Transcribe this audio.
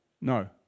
no